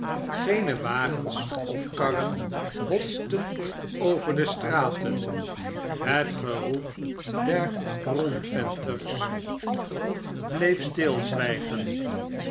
geene wagens of karren hotsten door de straten het geroep der rondventersbarnaby rudge bleef